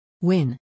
win